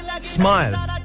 Smile